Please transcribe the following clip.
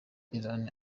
irani